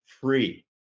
free